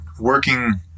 working